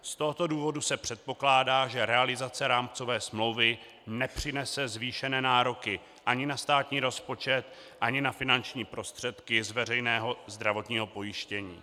Z tohoto důvodu se předpokládá, že realizace rámcové smlouvy nepřinese zvýšené nároky ani na státní rozpočet ani na finanční prostředky z veřejného zdravotního pojištění.